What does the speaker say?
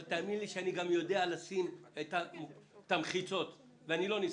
אבל אני גם יודע לשים את המחיצות, ואני לא נסחף.